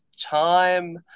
time